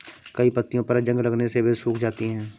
कई पत्तियों पर जंग लगने से वे सूख जाती हैं